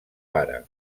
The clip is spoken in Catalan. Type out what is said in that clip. pare